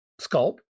sculpt